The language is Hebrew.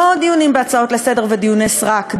לא דיונים בהצעות לסדר ודיוני סרק,